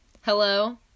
hello